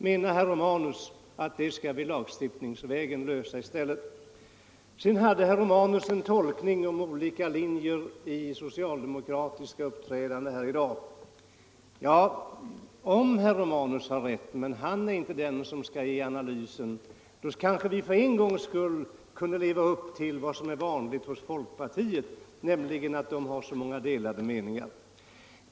Menar herr Romanus att vi skall lösa detta lagstiftningsvägen i stället? Herr Romanus redovisade dessutom en tolkning av olika linjer i det socialdemokratiska uppträdandet här i dag. Ja, om herr Romanus har rätt — men han är inte den som skall göra den analysen — skulle vi kanske för en gångs skull ge exempel på något som är så vanligt hos folkpartiet, nämligen att ha många olika uppfattningar.